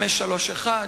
531,